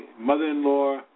mother-in-law